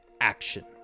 action